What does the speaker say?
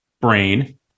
brain